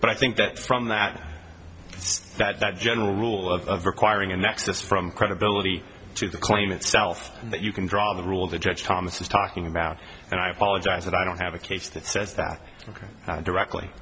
but i think that from that it's that general rule of requiring a nexus from credibility to the claim itself and that you can draw the rule the judge thomas was talking about and i apologize that i don't have a case that says that ok directly